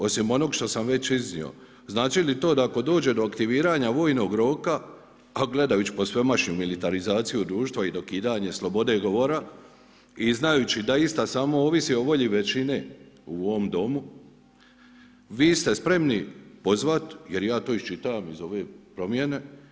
Osim onog što sam već iznio znači li to da ako dođe do aktiviranja vojnog roka a gledajući posvemašnju militarizaciju društva i dokidanje slobode govora i znajući da ista samo ovisi o volji većine u ovom Domu vi ste spremni pozvati jer ja to iščitavam iz ove promjene.